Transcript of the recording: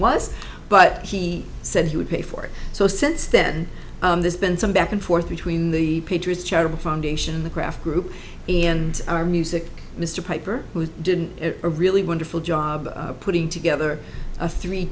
was but he said he would pay for it so since then there's been some back and forth between the patriots charitable foundation and the craft group and our music mr piper who didn't have a really wonderful job putting together a three